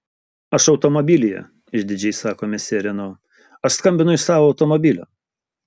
aš automobilyje išdidžiai sako mesjė reno aš skambinu iš savo automobilio